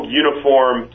uniform